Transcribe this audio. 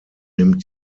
nimmt